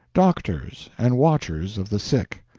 doctors and watchers of the sick!